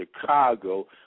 Chicago